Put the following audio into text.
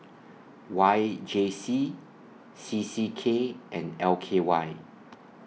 Y J C C C K and L K Y